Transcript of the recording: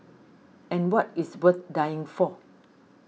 and what is worth dying for